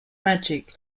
magic